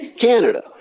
Canada